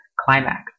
climax